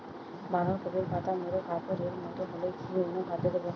বাঁধাকপির পাতা মুড়ে কাপের মতো হলে কি অনুখাদ্য দেবো?